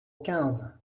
quinze